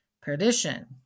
Perdition